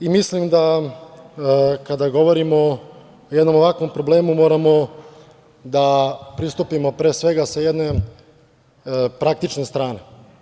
Mislim da kada govorimo o jednom ovakvom problemu moramo da pristupimo pre svega sa jedne praktične strane.